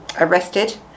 arrested